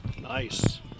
Nice